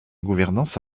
gouvernance